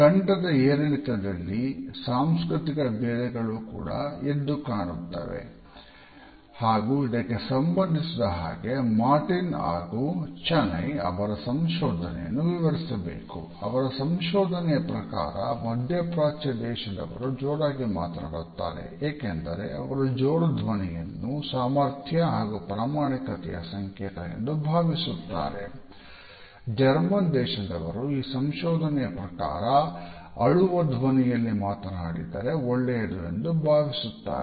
ಕಂಠದ ಏರಿಳಿತದಲ್ಲಿ ಸಾಂಸ್ಕೃತಿಕ ಭೇಧಗಳು ಕೂಡ ಎದ್ದು ಕಾಣ್ಣುತ್ತದೆ ಹಾಗೂ ಇದಕ್ಕೆ ಸಂಬಂಧಿಸಿದ ಹಾಗೆ ಮಾರ್ಟಿನ್ ಹಾಗು ಚನೆಯ್ ದೇಶದವರು ಈ ಸಂಶೋಧನೆಯ ಪ್ರಕಾರ ಆಳುವ ಧ್ವನಿಯಲ್ಲಿ ಮಾತನಾಡಿದರೆ ಒಳ್ಳೆಯದು ಎಂದು ಭಾವಿಸುತ್ತಾರೆ